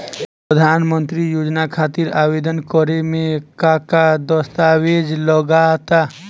प्रधानमंत्री योजना खातिर आवेदन करे मे का का दस्तावेजऽ लगा ता?